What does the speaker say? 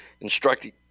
instructing